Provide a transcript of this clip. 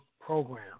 program